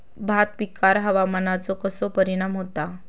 भात पिकांर हवामानाचो कसो परिणाम होता?